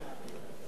בכל זאת אני רוצה,